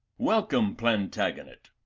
welcome, plantagenet!